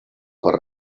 per